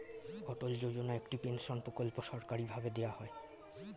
অটল যোজনা একটি পেনশন প্রকল্প সরকারি ভাবে দেওয়া হয়